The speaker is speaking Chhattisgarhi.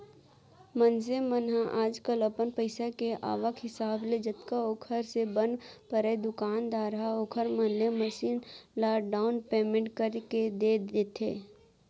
मनसे मन ह आजकल अपन पइसा के आवक हिसाब ले जतका ओखर से बन परय दुकानदार ह ओखर मन ले मसीन ल डाउन पैमेंट करके दे देथे